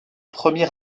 premier